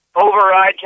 override